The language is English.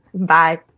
Bye